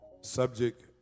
Subject